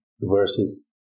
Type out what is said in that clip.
verses